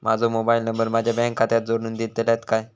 माजो mobile number माझ्या bank खात्याक जोडून दितल्यात काय?